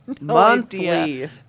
Monthly